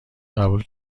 قبول